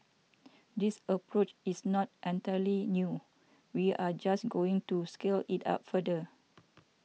this approach is not entirely new we are just going to scale it up further